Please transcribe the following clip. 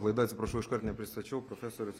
klaida atsiprašau iškart neprisistačiau profesorius